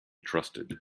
trusted